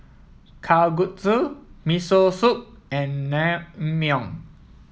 Kalguksu Miso Soup and Naengmyeon